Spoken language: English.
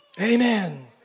Amen